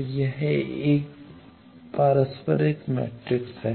तो यह एक पारस्परिक मैट्रिक्स है